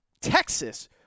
Texas